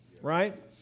Right